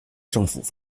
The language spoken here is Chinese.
政府